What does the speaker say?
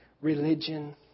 religion